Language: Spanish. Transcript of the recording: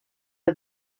los